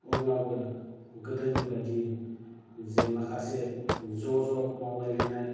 अब्लाबो गोदोनिबायदि जे माखासे ज' ज' मावलायलायनाय